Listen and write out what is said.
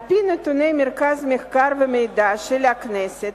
על-פי נתוני מרכז המחקר והמידע של הכנסת,